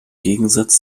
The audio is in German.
gegensatz